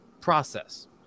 process